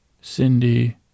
Cindy